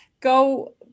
go